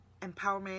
empowerment